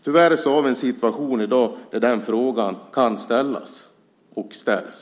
Tyvärr har vi i dag en situation där den frågan kan ställas, och ställs.